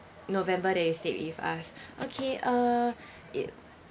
november that you stayed with us okay uh it